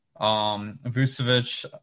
Vucevic